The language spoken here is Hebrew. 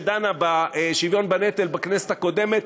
שדנה בשוויון בנטל בכנסת הקודמת.